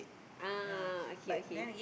ah okay okay